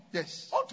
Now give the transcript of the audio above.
Yes